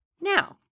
Now